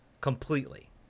Completely